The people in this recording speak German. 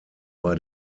bei